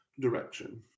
direction